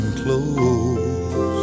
close